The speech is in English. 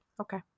Okay